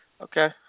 okay